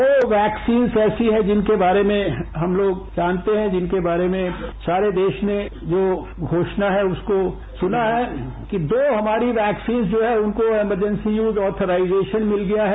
दो वैक्सीन्स ऐसी हैं जिनके बारे में हम लोग जानते हैं जिनके बारे में सारे देश ने जो घोषणा है उसको सुना है कि दो हमारी वैक्सीन्स जो है उनको इमरजेंसी यूज ऑथराइजेशन मिल गया है